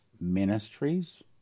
ministries